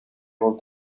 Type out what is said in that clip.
vol